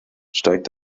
steigt